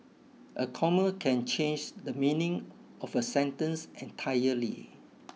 a comma can change the meaning of a sentence entirely